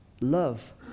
Love